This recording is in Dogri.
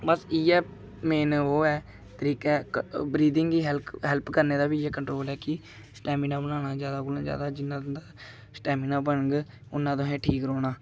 बस इ'यै मेन ओह् ऐ तरीका ऐ ब्रीथिंग गी हेल्प करने दा बी इ'यै कंट्रोल ऐ कि स्टैमिना बनाना जादा कोला जादा जि'न्ना तुं'दा स्टैमिना बनग उ'न्ना तुसें ठीक रौह्ना